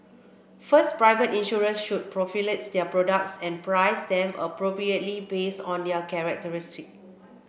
first private insurers should proliferate their products and price them appropriately based on their characteristic